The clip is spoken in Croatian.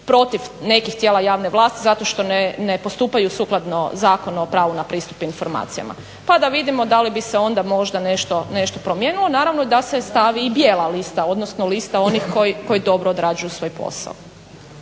protiv nekih tijela javne vlasti zato što ne postupaju sukladno Zakonu o pravu na pristup informacijama, pa da vidimo da li bi se onda možda nešto promijenilo. I naravno da se stavi i bijela lista, odnosno lista onih koji dobro odrađuju svoj posao.